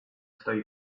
stoi